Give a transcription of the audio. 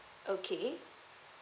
okay